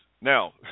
Now